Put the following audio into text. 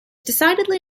decidedly